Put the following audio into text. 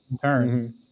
turns